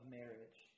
marriage